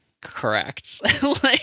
correct